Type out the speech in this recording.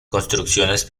construcciones